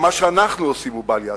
גם מה שאנחנו עושים הוא בל ייעשה.